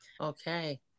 Okay